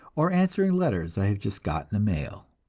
or answering letters i have just got in the mail.